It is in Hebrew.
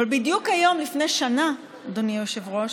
ובדיוק היום לפני שנה, אדוני היושב-ראש,